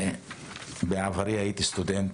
בעברי הייתי סטודנט,